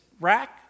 rack